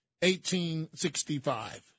1865